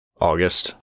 August